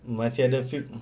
ah masih ada fif~